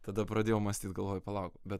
tada pradėjau mąstyt galvoju palauk bet